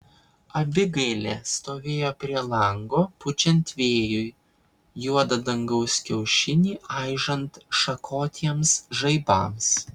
abigailė stovėjo prie lango pučiant vėjui juodą dangaus kiaušinį aižant šakotiems žaibams